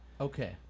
Okay